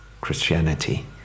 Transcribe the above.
Christianity